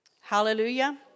Hallelujah